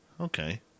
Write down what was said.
Okay